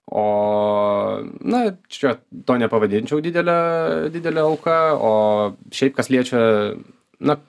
o na čia to nepavadinčiau didele didelė auka o šiaip kas liečia na